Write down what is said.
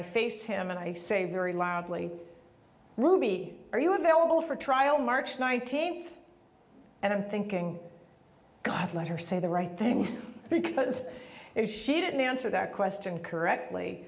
i face him and i say very loudly ruby are you available for trial march nineteenth and i'm thinking god let her say the right thing because if she didn't answer that question correctly